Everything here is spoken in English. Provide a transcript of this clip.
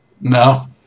No